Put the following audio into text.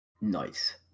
Nice